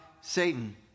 Satan